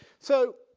so